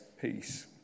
peace